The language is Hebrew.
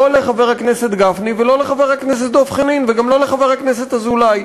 לא לחבר הכנסת גפני לא לחבר הכנסת דב חנין וגם ולא לחבר הכנסת אזולאי,